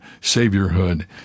saviorhood